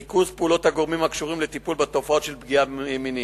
5. ריכוז פעולות הגורמים הקשורים לטיפול בתופעות של פגיעה מינית,